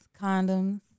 condoms